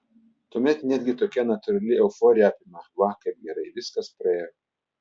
tuomet netgi tokia natūrali euforija apima va kaip gerai viskas praėjo